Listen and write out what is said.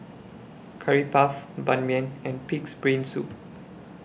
Curry Puff Ban Mian and Pig'S Brain Soup